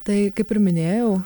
tai kaip ir minėjau